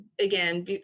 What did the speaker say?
again